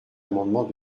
amendement